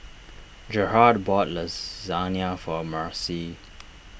Gerhardt bought Lasagne for Marcie